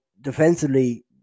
defensively